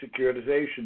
securitization